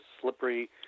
slippery